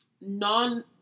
Non